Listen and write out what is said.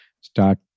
start